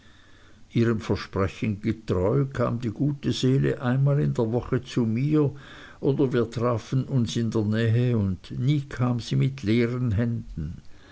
ihrem versprechen getreu kam die gute seele einmal in der woche zu mir oder wir trafen uns in der nähe und nie kam sie mit leeren händen